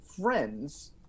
friends